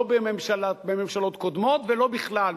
לא בממשלות קודמות ולא בכלל.